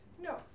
No